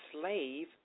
slave